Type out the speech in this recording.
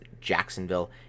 Jacksonville